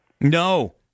no